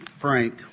Frank